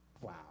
wow